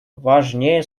важнее